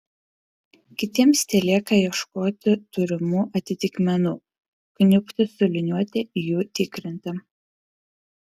kitiems telieka ieškoti turimų atitikmenų kniubti su liniuote jų tikrinti